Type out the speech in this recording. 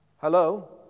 Hello